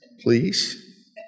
Please